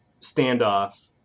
standoff